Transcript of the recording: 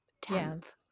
tenth